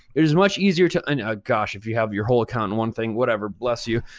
it is much easier to, i know, gosh, if you have your whole account in one thing, whatever, bless you.